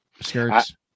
skirts